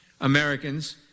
Americans